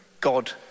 God